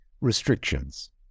restrictions